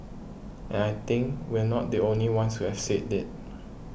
and I think we're not the only ones who have said it